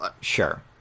Sure